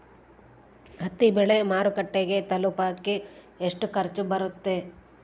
ಹತ್ತಿ ಬೆಳೆ ಮಾರುಕಟ್ಟೆಗೆ ತಲುಪಕೆ ಎಷ್ಟು ಖರ್ಚು ಬರುತ್ತೆ?